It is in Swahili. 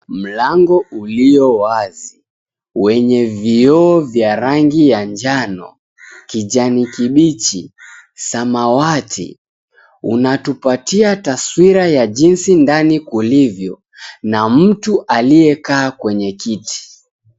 Mlango uliowazi wenye vioo ya rangi ya jano, kijani kibichi, samawati unatupatia taswira ya jinsi ndani kulivyo, na mtu aliyekaa kwenye kiti.